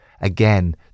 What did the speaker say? again